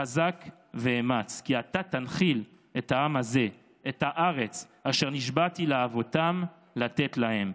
"חזק ואמץ כי אתה תנחיל את העם הזה את הארץ אשר נשבעתי לאבותם לתת להם".